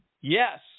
yes